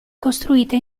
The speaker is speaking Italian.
costruita